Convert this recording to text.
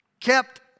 kept